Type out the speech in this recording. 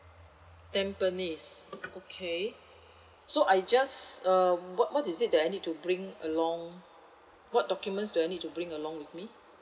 tampines okay so I just uh what what is it that I need to bring along what documents do I need to bring along with me